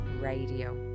Radio